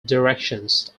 directions